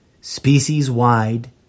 species-wide